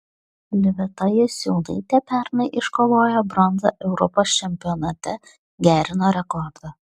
liveta jasiūnaitė pernai iškovojo bronzą europos čempionate gerino rekordą